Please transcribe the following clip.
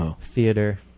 Theater